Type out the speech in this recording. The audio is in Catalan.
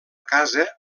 casa